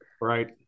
right